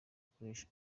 ukoresha